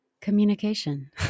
communication